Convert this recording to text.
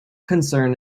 concern